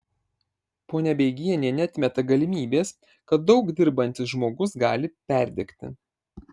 ponia beigienė neatmeta galimybės kad daug dirbantis žmogus gali perdegti